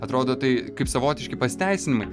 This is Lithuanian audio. atrodo tai kaip savotiški pasiteisinimai